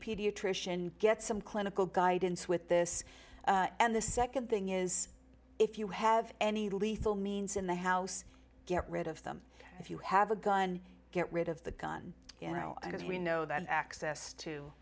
pediatrician get some clinical guidance with this and the nd thing is if you have any lethal means in the house get rid of them if you have a gun get rid of the gun because we know that access to